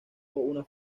una